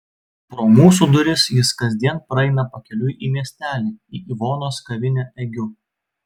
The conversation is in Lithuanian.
pro mūsų duris jis kasdien praeina pakeliui į miestelį į ivonos kavinę egiu